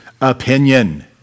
opinion